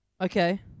Okay